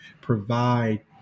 provide